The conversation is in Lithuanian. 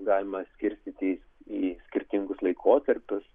galima skirstyti į skirtingus laikotarpius